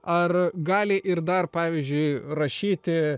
ar gali ir dar pavyzdžiui rašyti